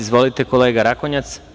Izvolite, kolega Rakonjac.